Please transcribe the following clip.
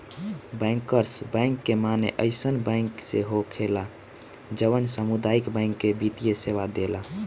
bankers bank के माने अइसन बैंक से होखेला जवन सामुदायिक बैंक के वित्तीय सेवा देला